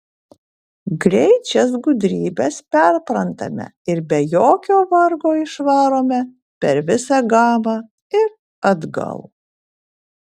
greit šias gudrybes perprantame ir be jokio vargo išvarome per visą gamą ir atgal